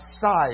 side